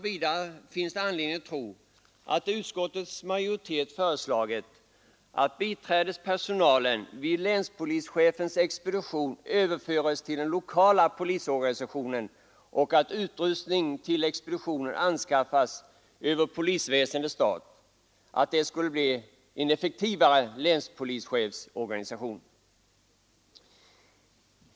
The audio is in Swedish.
Vidare finns det anledning tro att det utskottets majoritet föreslagit, att biträdespersonalen vid länspolischefens expedition överföres till den lokala polisorganisationen och att utrustning till expeditionen anskaffas över polisväsendets stat, skulle ge en effektivare länspolischefsorganisation.